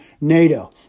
NATO